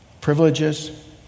Privileges